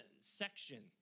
section